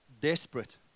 desperate